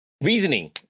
Reasoning